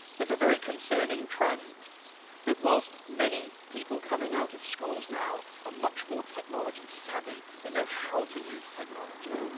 there's a very concerning trend that whilst many people coming out of schools now are ah much more technology-savvy, they know how to use technology,